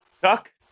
Chuck